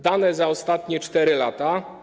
Dane za ostatnie 4 lata.